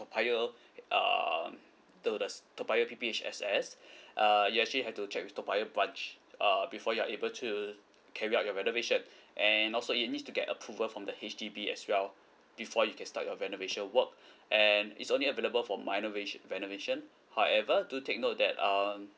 toa payoh um to the toa payoh P_P_H_S S uh you actually have to check with the toa payoh branch uh before you're able to carry out your renovation and also you need to get approval from the H_D_B as well before you can start your renovation work and it's only available for minor vat~ renovation however do take note that um